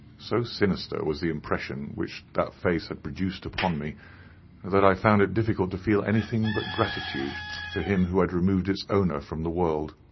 so sinister was the impression which that face had produced upon me that i found it difficult to feel anything but gratitude for him who had removed its owner from the world.